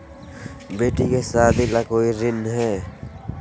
बेटी के सादी ला कोई ऋण हई?